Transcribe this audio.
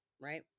Right